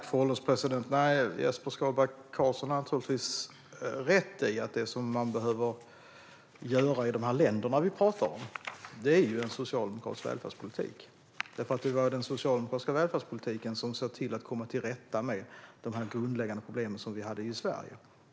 Fru ålderspresident! Jesper Skalberg Karlsson har naturligtvis rätt i att det man behöver i de länder vi pratar om är en socialdemokratisk välfärdspolitik. Det var ju den socialdemokratiska välfärdspolitiken som såg till att komma till rätta med dessa grundläggande problem som vi hade i Sverige.